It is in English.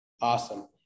Awesome